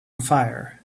fire